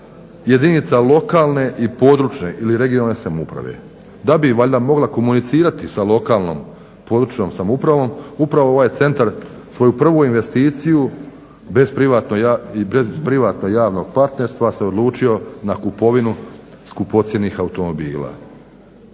jedinica lokalne i područne (regionalne) samouprave da bi valjda mogla komunicirati sa lokalnom i područnom samoupravom upravo ovaj centar svoju prvu investiciju bez privatno-javnog partnerstva se odlučio na kupovinu skupocjenih automobila